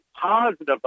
positive